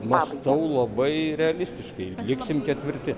mąstau labai realistiškai liksim ketvirti